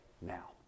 now